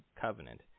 covenant